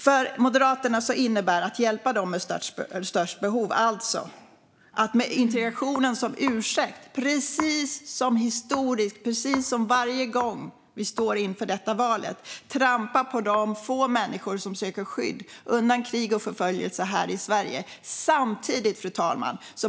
För Moderaterna innebär att hjälpa dem med störst behov alltså att med integrationen som ursäkt, precis som varje gång som vi står inför detta val, trampa på de få människor som söker skydd här i Sverige undan krig och förföljelse. Fru talman!